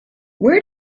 where